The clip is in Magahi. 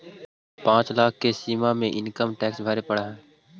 पाँच लाख के सीमा में इनकम टैक्स भरे पड़ऽ हई